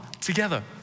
together